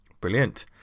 Brilliant